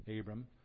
Abram